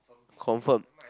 confirm